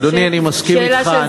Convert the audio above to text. אדוני, אני מסכים אתך.